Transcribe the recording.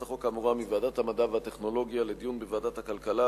החוק האמורה מוועדת המדע והטכנולוגיה לדיון בוועדת הכלכלה,